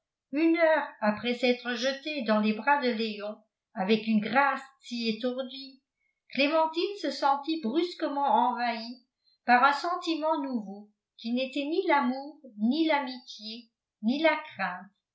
une heure après s'être jetée dans les bras de léon avec une grâce si étourdie clémentine se sentit brusquement envahie par un sentiment nouveau qui n'était ni l'amour ni l'amitié ni la crainte